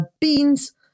beans